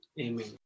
amen